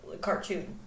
cartoon